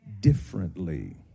differently